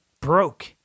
broke